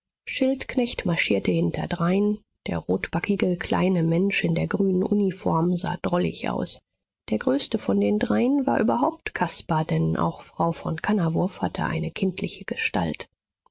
schildknecht marschierte hinterdrein der rotbackige kleine mensch in der grünen uniform sah drollig aus der größte von den dreien war überhaupt caspar denn auch frau von kannawurf hatte eine kindliche gestalt